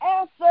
answer